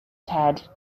ted